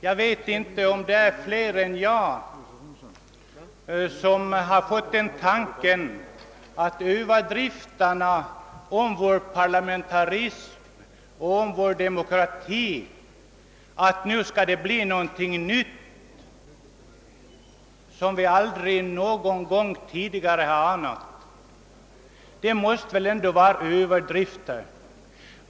Jag vet inte om det är flera än jag som har fått ett intryck av att det ändå förekommit en del överdrifter i värderingen av reformens betydelse för vår parlamentarism och vår demokrati. Vi skulle nu få något nytt som skulle ha oanade konsekvenser. Det miåste väl ändå vara en överdrift.